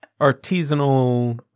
Artisanal